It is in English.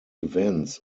events